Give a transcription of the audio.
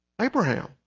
Abraham